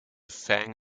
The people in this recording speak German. fang